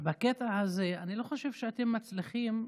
הזה אני לא חושב שאתם מצליחים